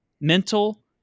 mental